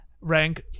rank